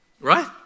Right